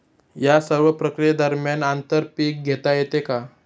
या सर्व प्रक्रिये दरम्यान आंतर पीक घेता येते का?